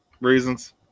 Reasons